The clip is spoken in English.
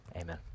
amen